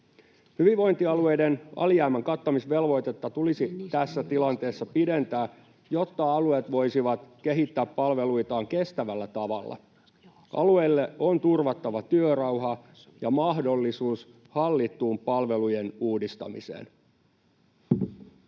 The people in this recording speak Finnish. Hyvinvointialueiden alijäämän kattamisvelvoitetta tulisi tässä tilanteessa pidentää, jotta alueet voisivat kehittää palveluitaan kestävällä tavalla. Alueille on turvattava työrauha ja mahdollisuus hallittuun palvelujen uudistamiseen.